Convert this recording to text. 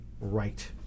right